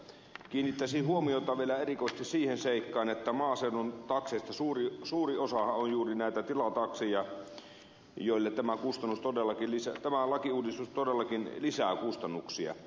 kiinnittäisin huomiota vielä erikoisesti siihen seikkaan että maaseudun takseista suuri osahan on juuri näitä tilatakseja joille tämä lakiuudistus todellakin lisää kustannuksia